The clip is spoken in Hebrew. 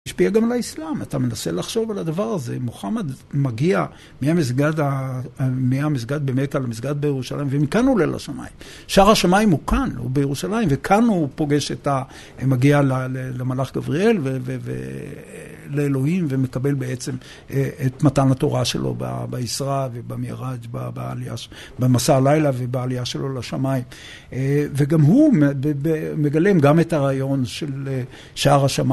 משפיע גם על האסלאם. אתה מנסה לחשוב על הדבר הזה. מוחמד מגיע מהמסגד במכה למסגד בירושלים, ומכאן הוא עולה לשמיים. שער השמיים הוא כאן, הוא בירושלים, וכאן הוא פוגש את ה... מגיע למלאך גבריאל ולאלוהים, ומקבל בעצם את מתן התורה שלו בישראה ובמיראג', במסע הלילה ובעלייה שלו לשמיים. וגם הוא מגלם גם את הרעיון של שער השמיים.